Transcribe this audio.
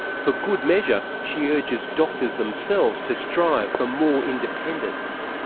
for good measure she urges doctors themselves to strive for more independence.